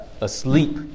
asleep